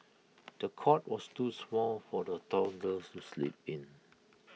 the cot was too small for the toddler to sleep in